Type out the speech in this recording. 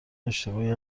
اشتباهی